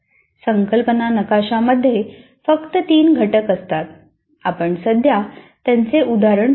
संकल्पना नकाशामध्ये फक्त 3 घटक असतात आपण सध्या त्याचे उदाहरण पाहू